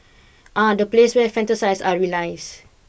ah the place where fantasise are realised